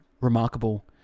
Remarkable